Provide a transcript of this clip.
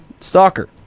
stalker